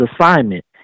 assignment